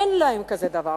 אין לנו כזה דבר.